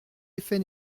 effet